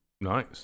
nice